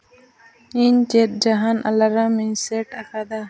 ᱤᱧ ᱪᱮᱫ ᱡᱟᱦᱟᱱ ᱮᱞᱟᱨᱟᱢᱤᱧ ᱥᱮᱹᱴ ᱟᱠᱟᱫ